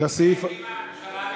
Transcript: לסעיף, הקימה ממשלה לישראל.